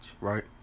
right